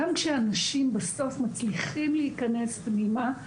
גם כשאנשים בסוף מצליחים להיכנס פנימה,